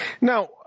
Now